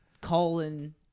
colon